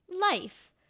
life